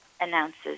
announces